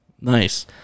Nice